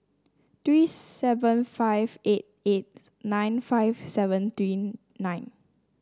three seven five eight eight nine five seven three nine